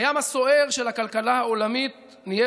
בים הסוער של הכלכלה העולמית נהיה,